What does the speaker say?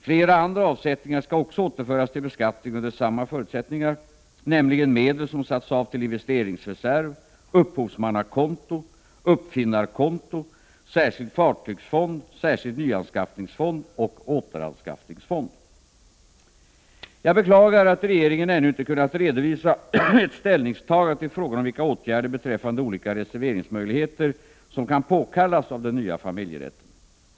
Flera andra avsättningar skall också återföras till beskattning under samma förutsättningar, nämligen medel som satts av till investeringsreserv, upphovsmannakonto, uppfinnarkonto, särskild fartygsfond, särskild nyanskaffningsfond och återanskaffningsfond. Jag beklagar att regeringen ännu inte kunnat redovisa ett ställningstagande till frågan om vilka åtgärder beträffande olika reserveringsmöjligheter som kan påkallas av den nya familjerätten.